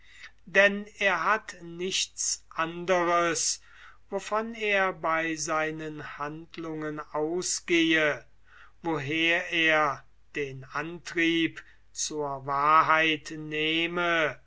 denn er hat nichts anderes wovon er bei seinen handlungen ausgehe woher er den antrieb zur wahrheit nehme